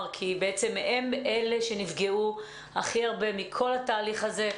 כי בעצם הם אלה שנפגעו הכי הרבה בתהליך הזה.